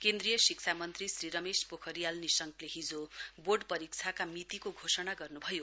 केन्द्रीय शिक्षामन्त्री श्री रमेश पोखरियाल निशंकले हिजो बोर्ड परीक्षाका मितिको घोषणा गर्नुभयो